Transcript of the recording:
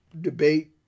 debate